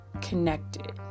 connected